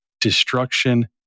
Destruction